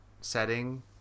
setting